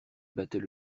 battait